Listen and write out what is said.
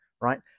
right